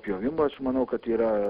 pjovimo aš manau kad yra